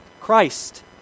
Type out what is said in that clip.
Christ